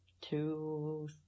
two